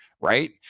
right